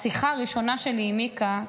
בשיחה הראשונה שלי עם מיקה,